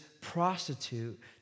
prostitute